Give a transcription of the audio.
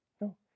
No